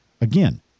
Again